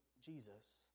Jesus